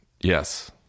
Yes